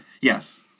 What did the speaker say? Yes